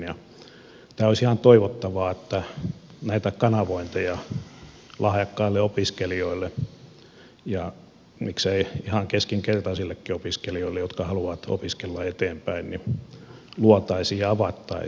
tämä olisi ihan toivottavaa että näitä kanavointeja lahjakkaille opiskelijoille ja miksei ihan keskinkertaisillekin opiskelijoille jotka haluavat opiskella eteenpäin luotaisiin ja avattaisiin